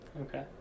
Okay